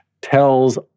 tells